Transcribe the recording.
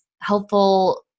helpful